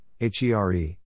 H-E-R-E